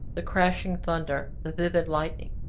the crashing thunder, the vivid lightning.